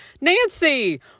Nancy